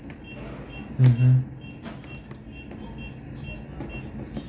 mmhmm